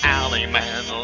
alleyman